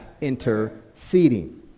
interceding